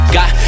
Got